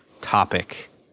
topic